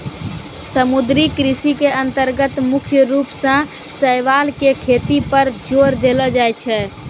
समुद्री कृषि के अन्तर्गत मुख्य रूप सॅ शैवाल के खेती पर जोर देलो जाय छै